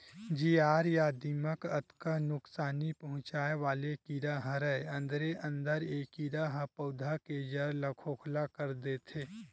जियार या दिमक अतका नुकसानी पहुंचाय वाले कीरा हरय अंदरे अंदर ए कीरा ह पउधा के जर ल खोखला कर देथे